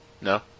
No